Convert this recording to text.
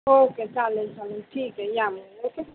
okay चालेल चालेल ठीक आहे या मग ओके